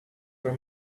for